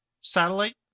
satellite